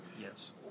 Yes